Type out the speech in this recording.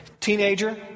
teenager